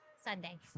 Sunday